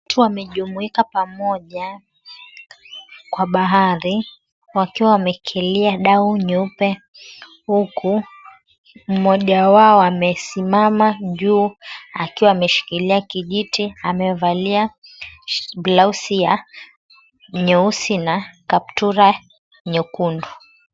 Watu wamejumuika pamoja kwa bahari wakiwa wamekelia dau nyeupe, huku mmoja wao amesimama juu akiwa ameshikilia kijiti, amevalia blausi ya nyeusi na ka𝑝t𝑢ra nyekundu.